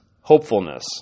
hopefulness